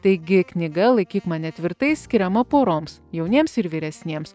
taigi knyga laikyk mane tvirtai skiriama poroms jauniems ir vyresniems